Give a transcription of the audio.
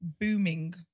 booming